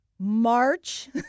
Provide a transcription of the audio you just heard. March